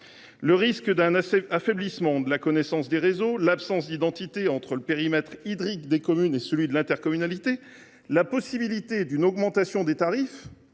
Risque d’un affaiblissement de la connaissance des réseaux, absence d’identité entre le périmètre hydrique des communes et celui de l’intercommunalité, possibilité d’une augmentation des tarifs